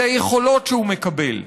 על היכולות שהוא מקבל,